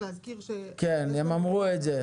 הם אמרו את זה.